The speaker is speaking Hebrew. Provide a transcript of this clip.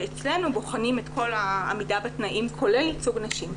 ואצלנו בוחנים את כל העמידה בתנאים כולל ייצוג נשים.